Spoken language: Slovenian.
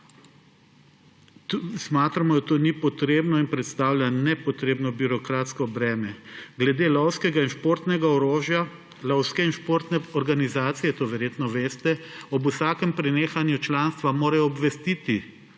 Smatramo, da to ni potrebno in predstavlja nepotrebno birokratsko breme. Glede lovskega in športnega orožja lovske in športne organizacije, to verjetno veste, morajo ob vsakem prenehanju članstva obvestiti